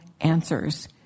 answers